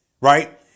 Right